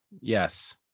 Yes